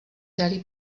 dali